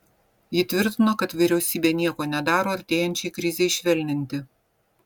ji tvirtino kad vyriausybė nieko nedaro artėjančiai krizei švelninti